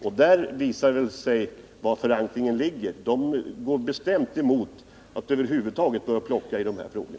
Hur det ligger till med förankringen visar sig däri att dessa bestämt går emot att man över huvud taget rör i dessa frågor.